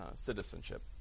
citizenship